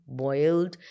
boiled